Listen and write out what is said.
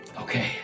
Okay